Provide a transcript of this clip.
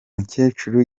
mukecuru